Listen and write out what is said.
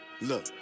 Look